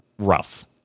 Rough